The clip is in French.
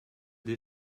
des